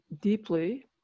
deeply